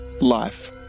LIFE